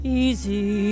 easy